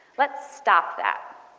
let's stop that.